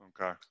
okay